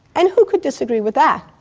and who could disagree with that?